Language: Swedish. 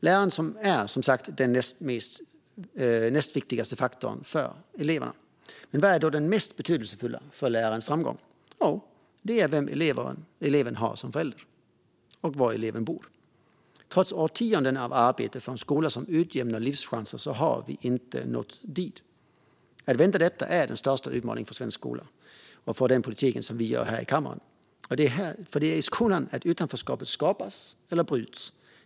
Läraren är som sagt den näst viktigaste faktorn för eleverna, men vilken är då den mest betydelsefulla för framgång? Jo, det är vilka föräldrar eleven har och var eleven bor. Trots årtionden av arbete för en skola som utjämnar livschanser har vi inte nått dit. Att vända detta är den största utmaningen för svensk skola och för den politik som vi utformar här i kammaren. Det är i skolan som utanförskapet skapas eller bryts.